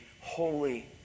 holy